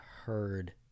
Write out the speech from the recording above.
heard